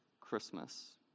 Christmas